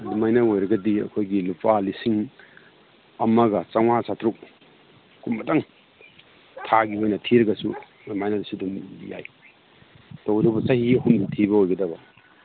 ꯑꯗꯨꯃꯥꯏꯅ ꯑꯣꯏꯔꯒꯗꯤ ꯑꯩꯈꯣꯏꯒꯤ ꯂꯨꯄꯥ ꯂꯤꯁꯤꯡ ꯑꯃꯒ ꯆꯧꯉ꯭ꯋꯥ ꯆꯇ꯭ꯔꯨꯛꯒꯨꯝꯕꯇꯪ ꯊꯥꯒꯤ ꯑꯣꯏꯅ ꯊꯤꯔꯒꯁꯨ ꯑꯗꯨꯃꯥꯏꯅꯁꯨ ꯑꯗꯨꯝ ꯌꯥꯏ ꯇꯧꯕꯗꯕꯨ ꯆꯍꯤ ꯑꯍꯨꯝ ꯊꯤꯕ ꯑꯣꯏꯒꯗꯕ